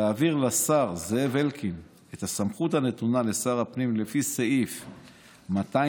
להעביר לשר זאב אלקין את הסמכות הנתונה לשר הפנים לפי סעיף 206(ב1)